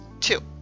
Two